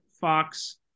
Fox